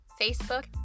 Facebook